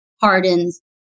hardens